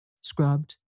scrubbed